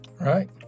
Right